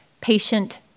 patient